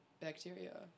Bacteria